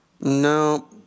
No